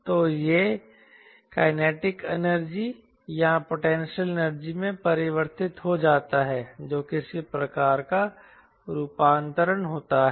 तो यह kinetic energy या पोटेंशियल एनर्जी में परिवर्तित हो जाता है जो किसी प्रकार का रूपांतरण होता है